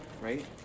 Right